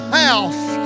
house